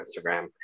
Instagram